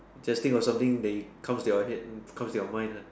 just think of something that you comes to your head mm comes to your mind ah